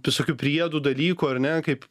visokių priedų dalykų ar ne kaip